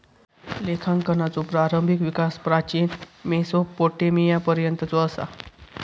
लेखांकनाचो प्रारंभिक विकास प्राचीन मेसोपोटेमियापर्यंतचो असा